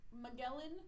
Magellan